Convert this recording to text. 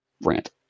rant